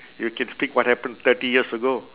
you can speak what happened thirty years ago